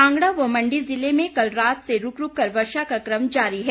कांगड़ा व मण्डी जिले में कल रात से रूक रूक कर वर्षा का कम जारी है